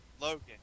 Logan